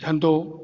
धंधो